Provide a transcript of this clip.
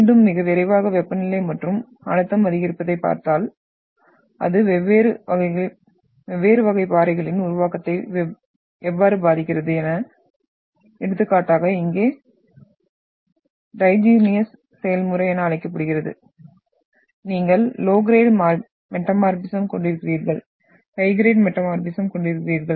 மீண்டும் மிக விரைவாக வெப்பநிலை மற்றும் அழுத்தம் அதிகரிப்பதைப் பார்த்தால் அது வெவ்வேறு வகை பாறைகளின் உருவாக்கத்தை எவ்வாறு பாதிக்கிறது எனவே எடுத்துக்காட்டாக இங்கே டையஜெனீசிஸ் செயல்முறை என அழைக்கப்படுகிறது நீங்கள் லோ கிரேட் மெட்டமார்பிஸ்ம் கொண்டிருக்கிறீர்கள் ஹை கிரேட் மெட்டமார்பிஸ்ம் கொண்டிருக்கிறீர்கள்